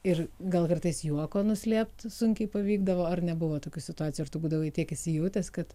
ir gal kartais juoko nuslėpt sunkiai pavykdavo ar nebuvo tokių situacijų ar tu būdavai tiek įsijautęs kad